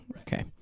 Okay